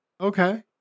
okay